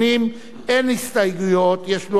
תיקונים אבל אין הסתייגויות, נכון?